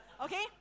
Okay